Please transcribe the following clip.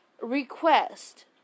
request